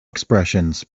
expressions